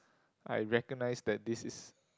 I recognize that this is